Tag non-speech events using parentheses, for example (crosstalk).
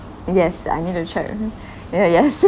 yes I need to check (laughs) yeah yes (laughs)